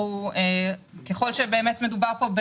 ככל שבאמת מדובר פה,